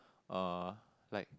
uh like